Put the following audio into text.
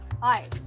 hi